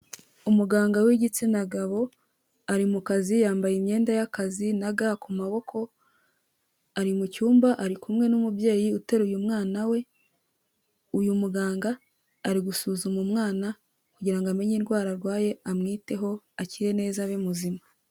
Umuganga w'igitsina gabo, ari mu kazi yambaye imyenda y'akazi na ga ku maboko, ari mu cyumba ari kumwe n'umubyeyi uteruye umwana we, uyu muganga ari gusuzuma umwana kugira ngo amenye indwara arwaye amwiteho akire neza abe muzima.